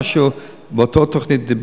מה שהוא דיבר באותה תוכנית,